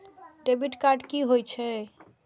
Debit card कि होई छै?